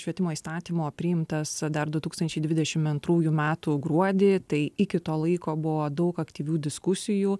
švietimo įstatymo priimtas dar du tūkstančiai dvidešim antrųjų metų gruodį tai iki to laiko buvo daug aktyvių diskusijų